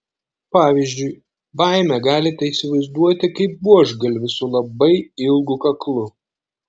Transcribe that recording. pavyzdžiui baimę galite įsivaizduoti kaip buožgalvį su labai ilgu kaklu